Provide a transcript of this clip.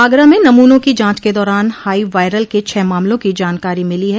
आगरा में नमूनों की जांच के दौरान हाई वायरल के छह मामलों की जानकारी मिली है